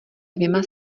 dvěma